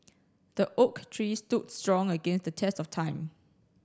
the oak tree stood strong against the test of time